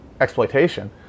exploitation